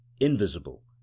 invisible